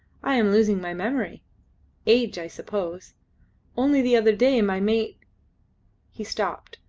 i am losing my memory age, i suppose only the other day my mate he stopped,